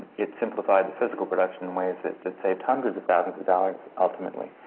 it simplified the physical production in ways that that saved hundreds of thousands of dollars, ultimately.